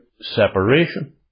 separation